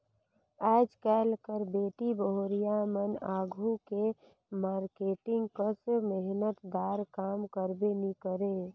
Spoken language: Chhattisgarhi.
आएज काएल कर बेटी बहुरिया मन आघु के मारकेटिंग कस मेहनत दार काम करबे नी करे